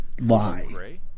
lie